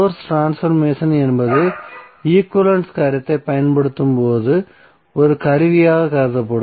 source transformation என்பது equivalence கருத்தைப் பயன்படுத்தும் ஒரு கருவியாகக் கருதப்படும்